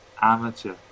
Amateur